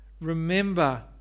Remember